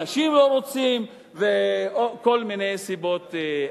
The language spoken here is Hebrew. אנשים לא רוצים, ועוד כל מיני סיבות אחרות.